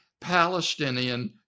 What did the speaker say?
Palestinian